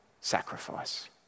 sacrifice